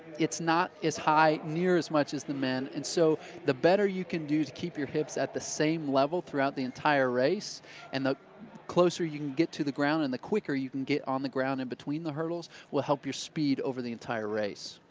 it's not as highway near as much as the men. and so the better you can do to keep your hips at the same level throughout the entire race and the closer you can get to the ground and the quicker you can get on the ground in between the hurdles will help your speed over the entire race.